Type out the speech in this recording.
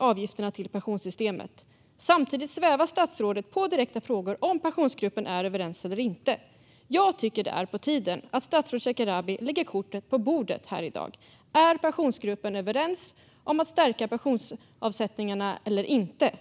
avgifterna till pensionssystemet. Samtidigt svävar statsrådet på målet vid direkta frågor om huruvida Pensionsgruppen är överens eller inte. Jag tycker att det är på tiden att statsrådet Shekarabi lägger korten på bordet här i dag. Är Pensionsgruppen överens om att stärka pensionsavsättningarna eller inte?